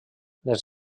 les